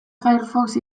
firefox